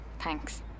Thanks